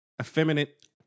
effeminate